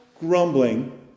grumbling